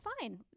Fine